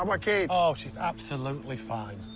um kate? oh, she's absolutely fine.